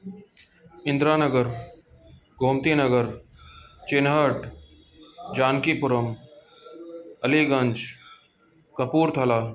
इंदिरा नगर गोमती नगर चिनहट जानकीपुरम अलीगंज कपूर थाला